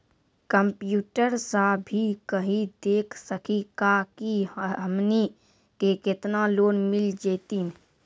Computer सा भी कही देख सकी का की हमनी के केतना लोन मिल जैतिन?